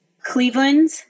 Cleveland